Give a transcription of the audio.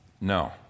No